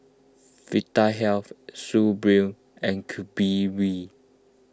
Vitahealth Suu Balm and Bee